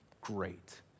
great